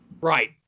Right